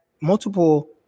multiple